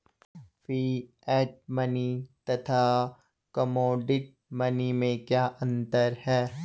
Fiat money तथा commodity money में क्या अंतर है?